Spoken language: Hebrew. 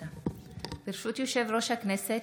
ברשות יושב-ראש הכנסת,